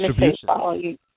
distribution